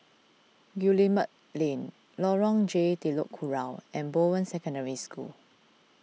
Guillemard Lane Lorong J Telok Kurau and Bowen Secondary School